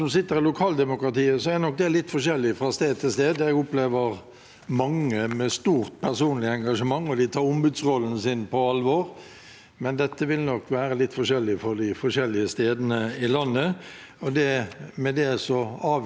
dette vil nok være litt forskjellig for de ulike stedene i landet. Med det avviser jeg ikke debatten og det Tetzschner tar opp, men det er en jobb som må gjøres.